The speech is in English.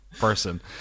person